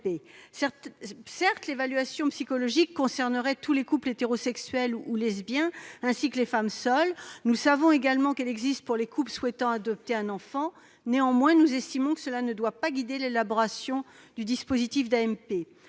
Certes, l'évaluation psychologique concernerait tous les couples, hétérosexuels ou lesbiens, ainsi que les femmes seules. Nous savons également qu'elle existe pour les couples souhaitant adopter un enfant. Néanmoins, nous estimons que cela ne doit pas guider l'élaboration du dispositif d'AMP.